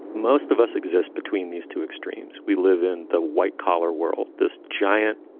most of us exist between these two extremes. we live in the white collar world. this giant,